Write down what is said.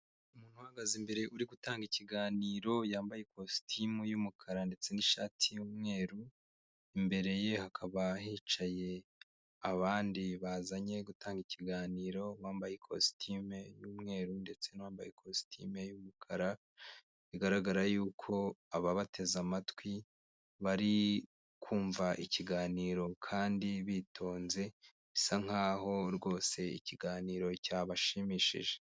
Umuntu uhagaze imbere uri gutanga ikiganiro, yambaye ikositimu y'umukara ndetse n'ishati y'umweru. Imbere ye hakaba hicaye abandi bazanye gutanga ikiganiro bambaye ikositimu y'umweru ndetse n'uwambaye ikositimu y'umukara, bigaragara y'uko ababateze amatwi bari kumva ikiganiro kandi bitonze, bisa nk'aho rwose ikiganiro cyabashimishije.